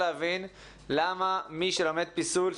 למה מי שלומד פיסול,